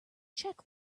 check